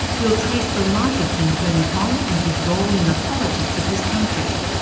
we'll trace the life of king bhumibol and and his role in the politics of his country.